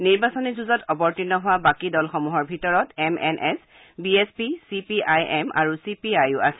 নিৰ্বাচনী যুঁজত অৱতীৰ্ণ হোৱা বাকী দলসমূহৰ ভিতৰত M N S B S P C P I M আৰু চি পি আইও আছে